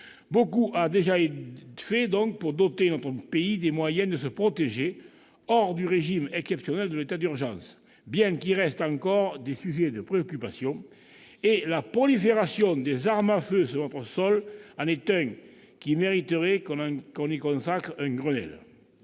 Beaucoup a donc déjà été fait pour doter notre pays des moyens de se protéger hors du régime exceptionnel de l'état d'urgence, bien qu'il reste encore des sujets de préoccupation ; la prolifération des armes à feu sur notre sol en est un, qui mériterait que l'on y consacre un Grenelle